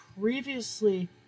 previously